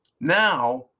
Now